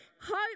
Hope